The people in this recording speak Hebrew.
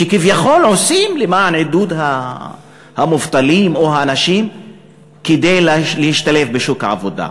שכביכול עושים למען עידוד המובטלים או האנשים כדי להשתלב בשוק העבודה.